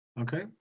Okay